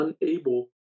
unable